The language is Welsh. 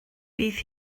bydd